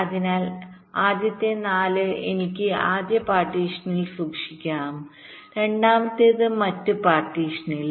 അതിനാൽ ആദ്യത്തെ 4 എനിക്ക് ആദ്യ പാർട്ടീഷനിൽ സൂക്ഷിക്കാം രണ്ടാമത്തേത് മറ്റ് പാർട്ടീഷനിൽ